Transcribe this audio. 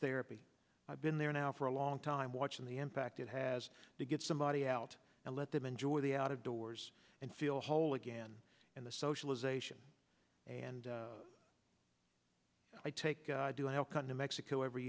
therapy i've been there now for a long time watching the impact it has to get somebody out and let them enjoy the outdoors and feel whole again and the socialization and i take to help come to mexico every